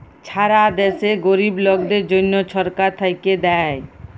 ছারা দ্যাশে গরিব লকদের জ্যনহ ছরকার থ্যাইকে দ্যায়